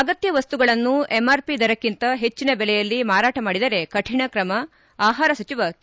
ಅಗತ್ತ ವಸ್ತುಗಳನ್ನು ಎಂಆರ್ಪಿ ದರಕ್ಕಂತ ಹೆಚ್ಚಿನ ಬೆಲೆಯಲ್ಲಿ ಮಾರಾಟ ಮಾಡಿದರೆ ಕಠಿಣ ಕ್ರಮ ಆಹಾರ ಸಚಿವ ಕೆ